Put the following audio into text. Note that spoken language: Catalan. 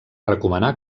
recomanar